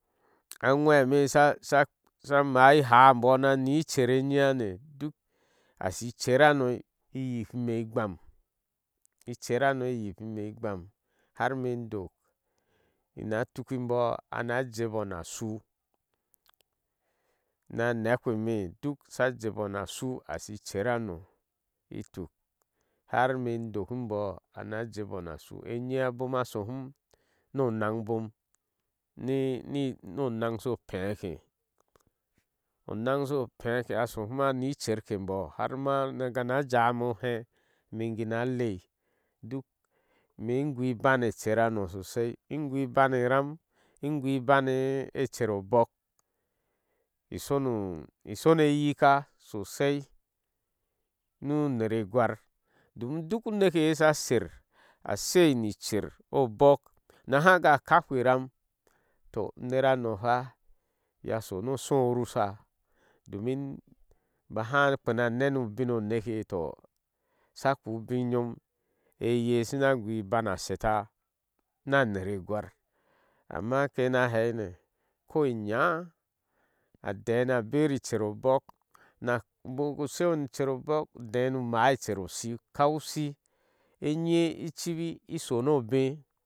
Aŋweme shasha ḿáá tháá e imboó na ni icer eye hane duk ashi cher hano iykime igbam, icer hano iyk kime igbam, har ime indok ina tuki nbɔɔ ana jɛɛbɔɔ na shúú na nekpe me duk asa jeebɔɔ na ashi du ashi iser hano iyoh ituk har ime indo inbɔɔ ana jeebɔɔ na ashuú neeh aboŋ asohum nio onaŋ bom, nini onaŋ so peerkhe onan so peerkhe a shohum ani kera ke boo har ma nakanɔ jawi ime oheh ime ingina ali duk ime ingui ban ecer hano sosai in gne iban tram i gui iban ecer obɔɔk isne isone yika sosei nu uner egwar domin duk uneke je asa sher asei ni icer obɔɔk na haka kaphi iram, toh iner hano lwa a sho nu oshu oprusha domin baha kpen neni ubin oeke toh sha kpeea` ubiŋ nyom eye a shuina a goh iban a sheta na nere gwar ama ime na hei ne ko inya a deeh na bere cer obɔɔk ubaku sheŋo ni icer obɔk udeehnu umáá icer oshi ukau ushi eyen idibi ishonu obeh.